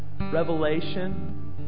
revelation